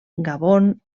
gabon